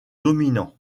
dominants